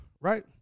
right